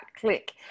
click